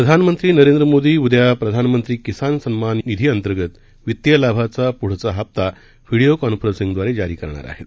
प्रधानमंत्रीनरेंद्रमोदीउदयाप्रधानमंत्रीकिसानसन्माननिधीअंतर्गतवित्तीयलाभाचापुढचाहप्ताव्हीडीओकॉन्फर न्सिंगदवारेजारीकरणारआहेत